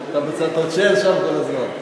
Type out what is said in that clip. אתה בצד, אתה עוד תישאר שם כל הזמן.